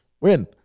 Win